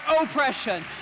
oppression